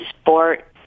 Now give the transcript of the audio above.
sport